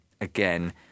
again